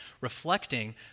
reflecting